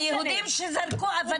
היהודים שזרקו אבנים